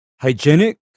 hygienic